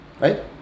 Right